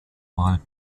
mal